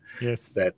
Yes